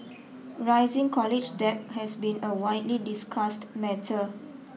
rising college debt has been a widely discussed matter